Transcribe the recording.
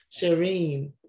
Shireen